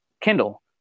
Kindle